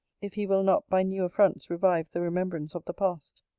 if he will not by new affronts revive the remembrance of the past.